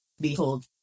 Behold